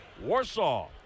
Warsaw